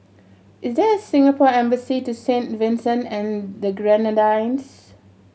is there a Singapore Embassy to Saint Vincent and the Grenadines